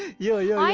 yeah yeah!